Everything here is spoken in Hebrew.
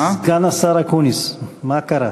סגן השר אקוניס, מה קרה?